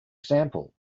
example